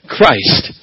Christ